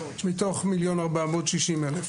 מתוך 1.46 מיליון,